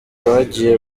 bagiye